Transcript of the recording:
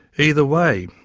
either way,